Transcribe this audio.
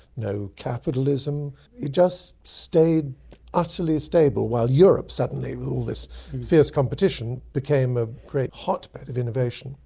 no capitalism it just stayed utterly stable while europe suddenly with all this fierce competition became a great hotbed of innovation.